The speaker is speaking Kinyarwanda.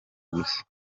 gusa